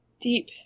Deep